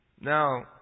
Now